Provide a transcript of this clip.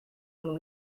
when